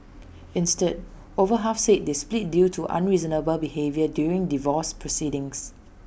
instead over half said they split due to unreasonable behaviour during divorce proceedings